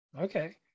Okay